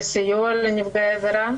סיוע לנפגעי עבירה,